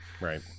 right